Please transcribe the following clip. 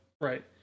Right